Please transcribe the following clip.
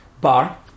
bar